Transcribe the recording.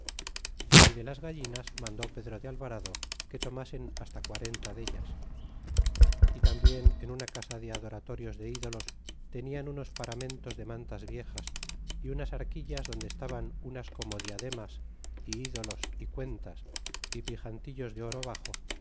y de las gallinas mandó pedro de álvarado que tomasen hasta quarenta del t as y tambien en una casa de adóratorios de ídolos tenian unos paramentos de mantas viejas y unas arquillas donde estaban unas como diademas ídolos y cuentas y piafan tis de oro baxo